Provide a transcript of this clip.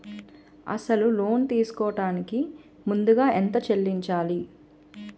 అసలు లోన్ తీసుకోడానికి ముందుగా ఎంత చెల్లించాలి?